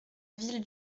ville